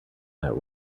that